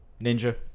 ninja